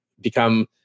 become